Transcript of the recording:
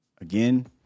Again